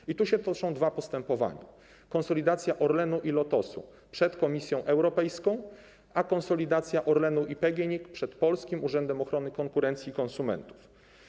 I tu się toczą dwa postępowania: w sprawie konsolidacji Orlenu i Lotosu przed Komisją Europejską, a w sprawie konsolidacji Orlenu i PGNiG przed polskim Urzędem Ochrony Konkurencji i Konsumentów.